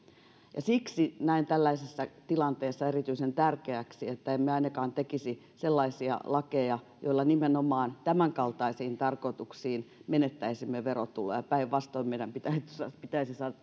ja siksi näen tällaisessa tilanteessa erityisen tärkeäksi sen että emme ainakaan tekisi sellaisia lakeja joilla nimenomaan tämänkaltaisiin tarkoituksiin menettäisimme verotuloja päinvastoin meidän pitäisi saada